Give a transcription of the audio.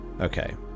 Okay